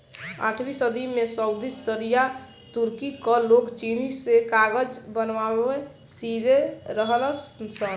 आठवीं सदी में सऊदी, सीरिया, तुर्की कअ लोग चीन से कागज बनावे सिले रहलन सन